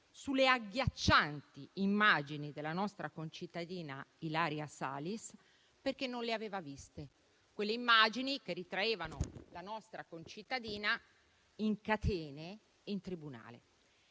sulle agghiaccianti immagini della nostra concittadina Ilaria Salis, perché non le aveva viste: immagini che ritraevano la nostra concittadina in catene in tribunale.